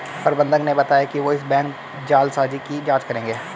प्रबंधक ने बताया कि वो इस बैंक जालसाजी की जांच करेंगे